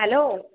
hello